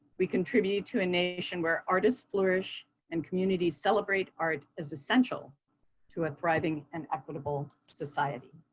we contribute to a nation where artists flourish and communities celebrate art as essential to a thriving and equitable society.